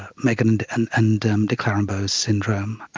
meghan and and and um de clerambault's syndrome.